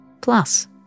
Plus